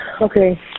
Okay